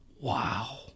Wow